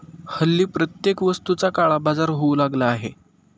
हल्ली प्रत्येक वस्तूचा काळाबाजार होऊ लागला आहे